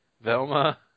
Velma